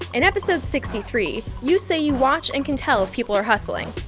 in episode sixty three, you say you watch and can tell if people are hustling.